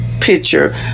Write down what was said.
picture